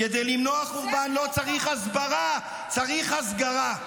כדי למנוע חורבן לא צריך הסברה, צריך הסגרה.